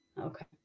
Okay